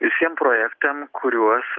visiem projektam kuriuos